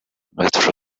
metro